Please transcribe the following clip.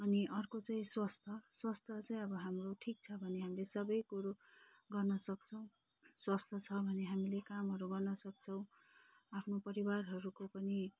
अनि अर्को चाहिँ स्वास्थ्य स्वास्थ्य चाहिँ अब हाम्रो ठिक छ भने हामीले सबै कुरो गर्न सक्छौँ स्वास्थ्य छ भने हामीले कामहरू गर्न सक्छौँ आफ्नो परिवारहरूको पनि